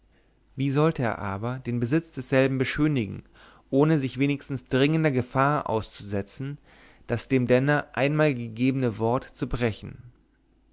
wie sollte er aber den besitz desselben beschönigen ohne sich wenigstens dringender gefahr auszusetzen das dem denner einmal gegebene wort zu brechen